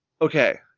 Okay